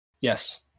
Yes